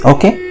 Okay